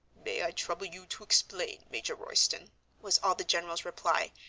may i trouble you to explain, major royston was all the general's reply,